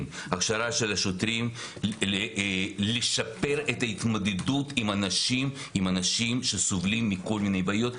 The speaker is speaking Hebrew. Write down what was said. השוטרים לשפר את ההתמודדות עם אנשים שסובלים מכל מיני בעיות,